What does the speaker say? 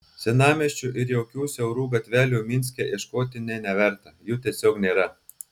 senamiesčio ir jaukių siaurų gatvelių minske ieškoti nė neverta jų tiesiog nėra